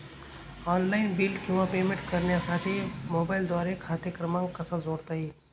Online bill किंवा payment करण्यासाठी मोबाईलद्वारे खाते क्रमांक कसा जोडता येईल?